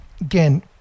again